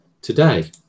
today